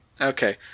Okay